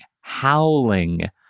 howling